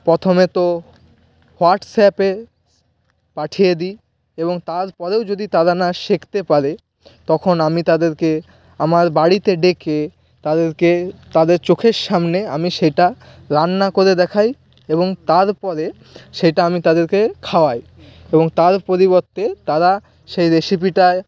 প্রথমে তো হোয়াটস্যাপে পাঠিয়ে দিই এবং তারপরেও যদি তারা না শিখতে পারে তখন আমি তাদেরকে আমার বাড়িতে ডেকে তাদেরকে তাদের চোখের সামনে আমি সেটা রান্না করে দেখাই এবং তারপরে সেটা আমি তাদেরকে খাওয়াই এবং তার পরিবর্তে তারা সেই রেসিপিটাই